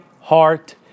heart